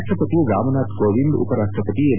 ರಾಷ್ಟಪತಿ ರಾಮನಾಥ್ ಕೋವಿಂದ ಉಪರಾಷ್ಟಪತಿ ಎಂ